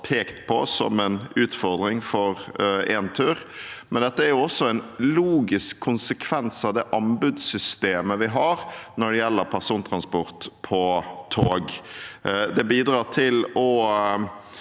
pekt på som en utfordring for Entur. Samtidig er dette en logisk konsekvens av det anbudssystemet vi har når det gjelder persontransport på tog. Det bidrar til